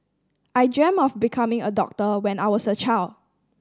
I dreamt of becoming a doctor when I was a child